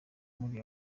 muri